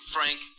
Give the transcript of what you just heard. Frank